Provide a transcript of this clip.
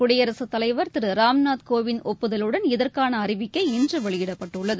குடியரசுத்தலைவர் திரு ராம்நாத் னேவிந்த் ஒப்புதலுடன் இதற்கான அறிவிக்கை இன்று வெளியிடப்பட்டுள்ளது